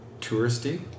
touristy